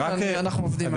אנחנו עובדים על זה.